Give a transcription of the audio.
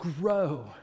Grow